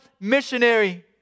missionary